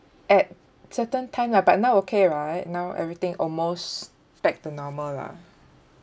at certain time lah but now okay right now everything almost back to normal lah